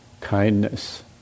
kindness